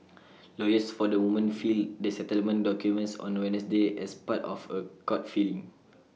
lawyers for the women filed the settlement documents on Wednesday as part of A court filing